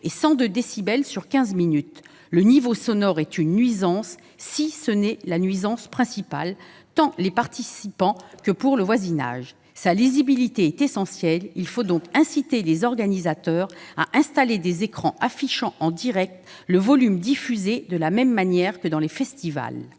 et 102 décibels sur quinze minutes. Le niveau sonore est une nuisance, pour ne pas dire « la » nuisance principale, tant pour les participants que pour le voisinage. Il est essentiel qu'il soit connu. Il faut donc inciter les organisateurs à installer des écrans affichant en direct le volume diffusé, de la même manière que dans les festivals.